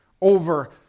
over